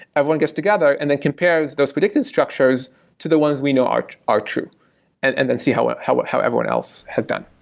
everyone gets together and then compares those prediction structures to the ones we know are are true and and then see how um how everyone else had done.